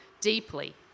deeply